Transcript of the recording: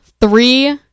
three